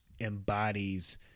embodies